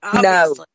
No